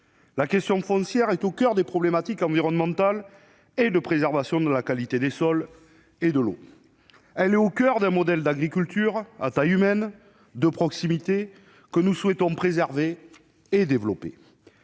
La question foncière est aussi au coeur des problématiques environnementales et de préservation de la qualité des sols et de l'eau. Elle est au coeur d'un modèle d'agriculture de taille humaine, de proximité, que nous souhaitons préserver et développer.